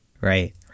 Right